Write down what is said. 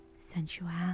sensuality